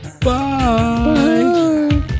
Bye